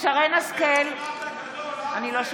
שרן מרים השכל,